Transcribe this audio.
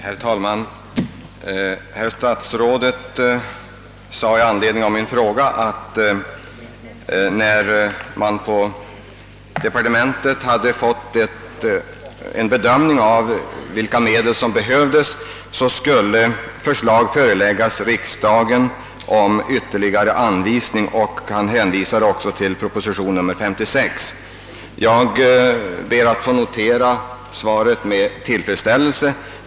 Herr talman! Statsrådet sade i anledning av min fråga om ytterligare medelsanvisning till lokaliseringspolitiken, att när man på departementet hade gjort en bedömning av vilka medel som behövdes, skulle förslag föreläggas riksdagen. Statsrådet hänvisade i sammanhanget till proposition nr 56. Jag ber att få notera svaret med tillfredsställelse.